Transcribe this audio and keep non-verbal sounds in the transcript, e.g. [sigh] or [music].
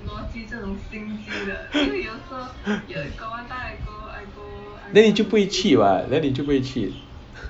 [laughs] then 你就不回去 what then 你就不会 cheat